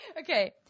Okay